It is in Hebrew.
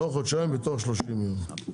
לא חודשיים, בתוך 30 ימים.